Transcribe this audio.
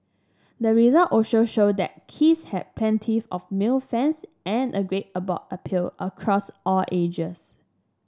the result also show that Kiss had plenty of male fans and a great a broad appeal across all ages